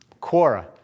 Quora